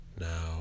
now